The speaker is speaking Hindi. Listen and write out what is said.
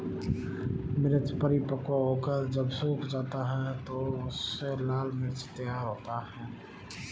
मिर्च परिपक्व होकर जब सूख जाता है तो उससे लाल मिर्च तैयार होता है